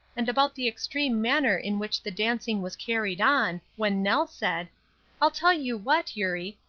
and about the extreme manner in which the dancing was carried on, when nell said i'll tell you what, eurie,